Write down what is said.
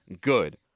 good